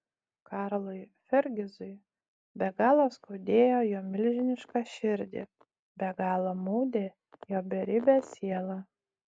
karlui fergizui be galo skaudėjo jo milžinišką širdį be galo maudė jo beribę sielą